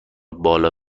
بالا